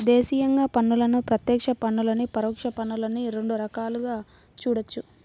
దేశీయంగా పన్నులను ప్రత్యక్ష పన్నులనీ, పరోక్ష పన్నులనీ రెండు రకాలుగా చూడొచ్చు